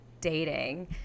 dating